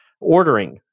ordering